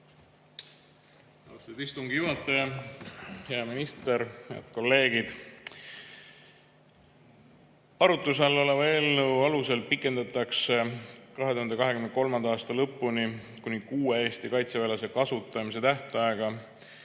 Austatud istungi juhataja! Hea minister! Head kolleegid! Arutluse all oleva eelnõu alusel pikendatakse 2023. aasta lõpuni kuni kuue Eesti kaitseväelase kasutamise tähtaega